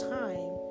time